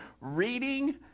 reading